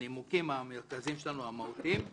מהנימוקים המרכזיים והמהותיים שלנו.